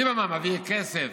ליברמן מעביר כסף,